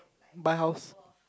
buy house